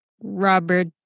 robert